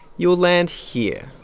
you'll land here,